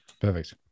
Perfect